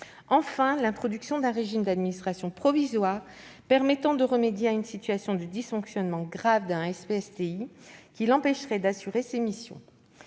enfin, l'introduction d'un régime d'administration provisoire permettant de remédier à une situation de dysfonctionnement grave d'un SPSTI qui l'empêcherait d'assurer ses missions.